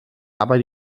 aber